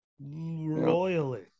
royally